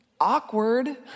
Awkward